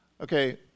Okay